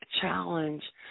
challenge